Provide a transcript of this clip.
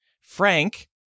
Frank